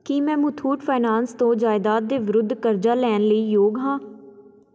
ਕੀ ਮੈਂ ਮੁਥੂਟ ਫਾਈਨੈਂਸ ਤੋਂ ਜਾਇਦਾਦ ਦੇ ਵਿਰੁੱਧ ਕਰਜ਼ਾ ਲੈਣ ਲਈ ਯੋਗ ਹਾਂ